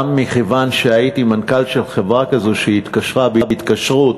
גם מכיוון שהייתי מנכ"ל של חברה כזו שהתקשרה בהתקשרות